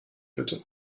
bitte